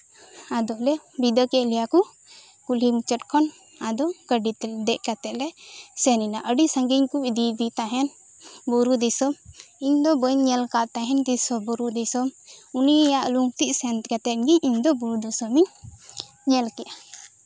ᱟᱫᱚ ᱞᱮ ᱵᱤᱫᱟᱹ ᱠᱮᱫ ᱞᱮᱭᱟ ᱠᱚ ᱠᱩᱞᱦᱤ ᱢᱩᱪᱟᱹᱫ ᱠᱷᱚᱱ ᱟᱫᱚ ᱜᱟᱹᱰᱤ ᱛᱮ ᱫᱮᱡ ᱠᱟᱛᱮᱫ ᱞᱮ ᱥᱮᱱ ᱮᱱᱟ ᱟᱹᱰᱤ ᱥᱟᱹᱜᱤᱧ ᱠᱚ ᱤᱫᱤ ᱠᱮᱫᱮ ᱛᱟᱸᱦᱮᱫ ᱵᱩᱨᱩ ᱫᱤᱥᱚᱢ ᱤᱧ ᱫᱚ ᱵᱩᱨᱩ ᱫᱤᱥᱚᱢ ᱵᱟᱹᱧ ᱧᱮᱞ ᱟᱠᱟᱫ ᱛᱟᱸᱦᱮᱱ ᱵᱩᱨᱩ ᱫᱤᱥᱚᱢ ᱩᱱᱤᱭᱟᱜ ᱞᱩᱝᱛᱤᱜ ᱥᱮᱱ ᱠᱟᱛᱮᱫ ᱜᱮ ᱤᱧ ᱫᱚ ᱵᱩᱨᱩ ᱫᱤᱥᱚᱢ ᱤᱧ ᱧᱮᱞ ᱠᱮᱫᱟ